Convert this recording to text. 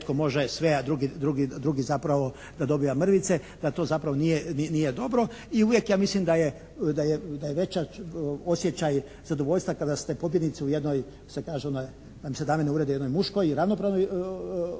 netko može sve a drugi zapravo da dobiva mrvice. Da to zapravo nije dobro i uvijek ja mislim da je veća osjećaj zadovoljstva kada ste pobjednici u jednoj, kako se kaže, da mi se dame ne uvrijede, jednoj muškoj i ravnopravnoj